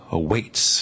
awaits